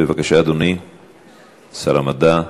בבקשה, אדוני שר המדע.